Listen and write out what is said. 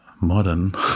modern